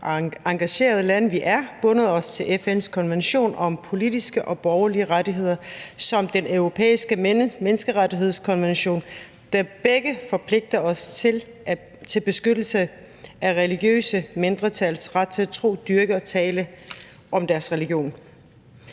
vi er, bundet os til FN's konvention om politiske og borgerlige rettigheder og Den Europæiske Menneskerettighedskonvention, der begge forpligter os til beskyttelse af religiøse mindretals ret til at tro, dyrke og tale om deres religion.